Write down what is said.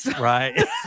Right